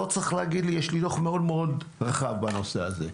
לא צריך להגיד לי כי יש לי דוח מאוד מאוד רחב בנושא הזה.